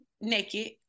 naked